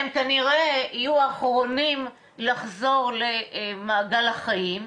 הם כנראה יהיו האחרונים לחזור למעגל החיים,